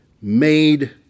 made